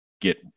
Get